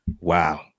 Wow